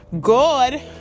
good